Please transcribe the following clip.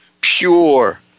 pure